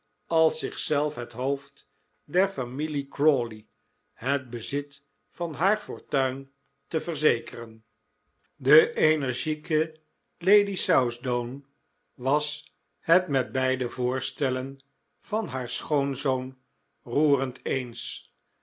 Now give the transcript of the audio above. als zichzelf het hoofd der familie crawley het bezit van haar fortuin tc verzekeren de energieke lady southdown was het met beide voorstellen van haar schoonzoon roerend eens